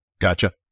Gotcha